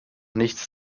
nichts